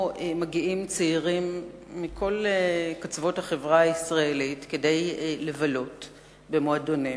מגיעים צעירים מכל קצוות החברה הישראלית כדי לבלות במועדונים,